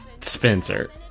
Spencer